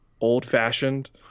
old-fashioned